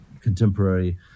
contemporary